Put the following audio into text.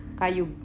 kayu